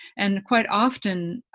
and quite often,